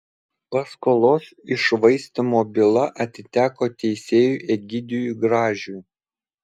paskolos iššvaistymo byla atiteko teisėjui egidijui gražiui